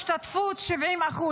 השתתפות ב-70%.